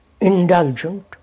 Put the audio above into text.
indulgent